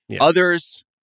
Others